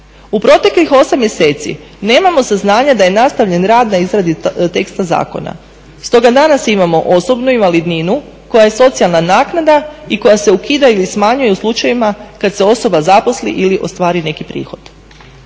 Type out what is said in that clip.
U proteklih 8 mjeseci nemamo saznanja da je nastavljen rad na izradi teksta zakona, stoga danas imamo osobnu invalidninu koja je socijalna naknada i koja se ukida ili smanjuje u slučajevima kad se osoba zaposli ili ostvari neki prihod.